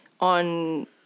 on